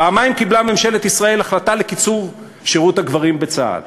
פעמיים קיבלה ממשלת ישראל החלטה לקיצור שירות הגברים בצה"ל,